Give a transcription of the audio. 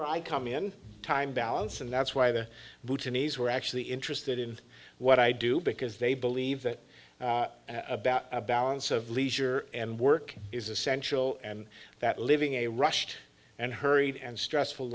where i come in time balance and that's why the buta knees were actually interested in what i do because they believe that about a balance of leisure and work is essential and that living a rushed and hurried and stressful